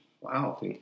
Wow